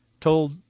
told